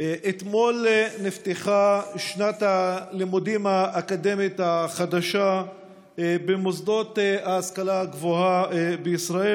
אתמול נפתחה שנת הלימודים האקדמית החדשה במוסדות ההשכלה הגבוהה בישראל,